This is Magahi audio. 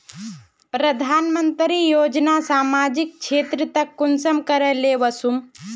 प्रधानमंत्री योजना सामाजिक क्षेत्र तक कुंसम करे ले वसुम?